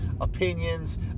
opinions